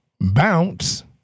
bounce